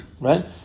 Right